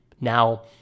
Now